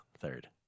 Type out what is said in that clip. third